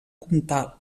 comtal